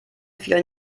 vielen